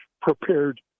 prepared